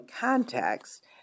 context